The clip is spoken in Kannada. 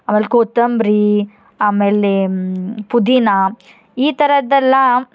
ಆಮೇಲೆ ಕೊತ್ತಂಬ್ರಿ ಆಮೇಲೆ ಪುದೀನ ಈ ಥರದ್ದೆಲ್ಲ